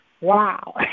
wow